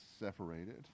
separated